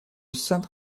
sainte